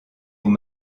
vous